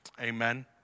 Amen